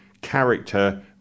character